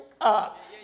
up